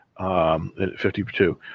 52